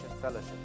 Fellowship